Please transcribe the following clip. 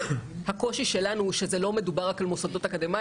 הקושי שלנו הוא שלא מדובר רק על מוסדות אקדמיים